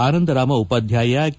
Ananda Rama Upadhyaya K